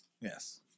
Yes